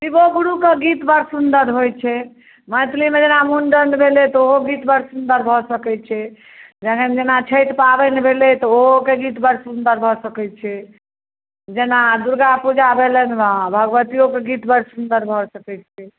शिवो गुरुके गीत बड़ सुंदर होइत छै मैथिलीमे जेना मुड़न भेलै तऽ ओहो गीत बड़ सुन्दर भऽ सकैत छै अखन जेना छठि पाबनि भेलैया तऽ ओहोके गीत बड सुन्दर भऽ सकैत छै जेना दुर्गा पूजा भेल भगवतियोके गीत बड़ सुन्दर भऽ सकैत छै